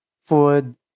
food